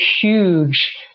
huge